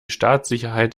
staatssicherheit